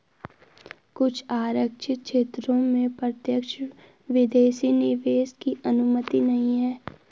कुछ आरक्षित क्षेत्रों में प्रत्यक्ष विदेशी निवेश की अनुमति नहीं है